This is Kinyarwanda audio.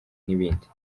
n’ibindi